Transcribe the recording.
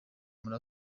muri